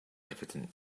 evident